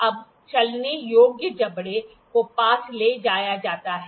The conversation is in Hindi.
अब चलने योग्य जबड़े को पास ले जाया जाता है